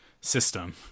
system